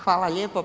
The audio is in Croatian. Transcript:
Hvala lijepo.